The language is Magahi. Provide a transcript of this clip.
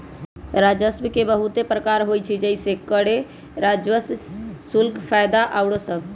राजस्व के बहुते प्रकार होइ छइ जइसे करें राजस्व, शुल्क, फयदा आउरो सभ